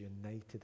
united